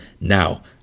Now